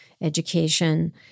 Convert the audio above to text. education